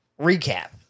recap